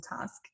task